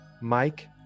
Mike